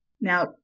Now